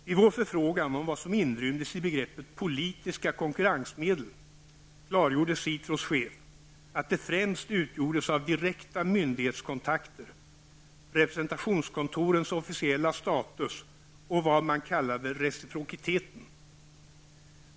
Vid vår förfrågan om vad som inrymdes i begreppet politiska konkurrensmedel klargjorde SITROs chef att de främst utgjordes av direkta myndighetskontakter, representationskontorens officiella status och vad man kallade reciprociteten.